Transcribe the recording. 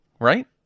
right